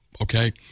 Okay